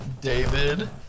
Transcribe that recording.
David